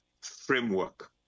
framework